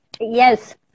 yes